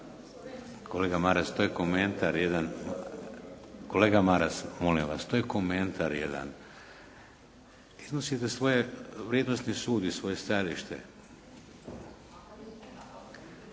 Kolega Maras, to je komentar jedan. Kolega Maras, molim vas, to je komentar jedan. Iznosite svoj vrijednosni sud i svoje stajalište.